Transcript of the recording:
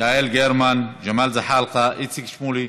יעל גרמן, ג'מאל זחאלקה, איציק שמולי,